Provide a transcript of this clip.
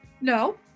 No